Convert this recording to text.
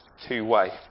two-way